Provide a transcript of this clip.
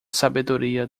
sabedoria